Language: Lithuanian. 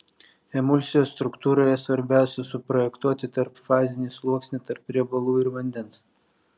emulsijos struktūroje svarbiausia suprojektuoti tarpfazinį sluoksnį tarp riebalų ir vandens